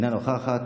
אינו נוכח.